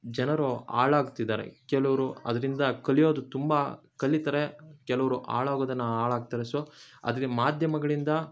ಜನರು ಹಾಳಾಗ್ತಿದ್ದಾರೆ ಕೆಲವ್ರು ಅದರಿಂದ ಕಲಿಯೋದು ತುಂಬ ಕಲಿತರೆ ಕೆಲವ್ರು ಹಾಳಾಗೋದನ್ನ ಹಾಳಾಗ್ತಾರೆ ಸೊ ಆದರೆ ಮಾಧ್ಯಮಗಳಿಂದ